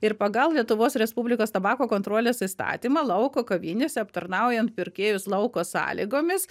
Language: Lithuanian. ir pagal lietuvos respublikos tabako kontrolės įstatymą lauko kavinėse aptarnaujant pirkėjus lauko sąlygomis